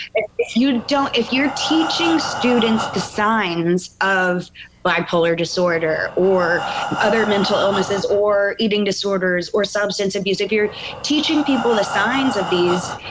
if if you don't, if you're teaching students the signs of bipolar disorder or and other mental illnesses or eating disorders or substance abuse, if you're teaching people the signs of these